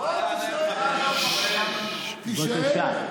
בוא, תישאר.